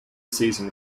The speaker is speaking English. season